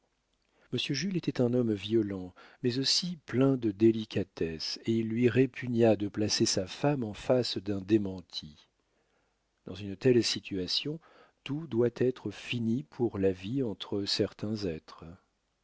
monsieur jules était un homme violent mais aussi plein de délicatesse et il lui répugna de placer sa femme en face d'un démenti dans une telle situation tout doit être fini pour la vie entre certains êtres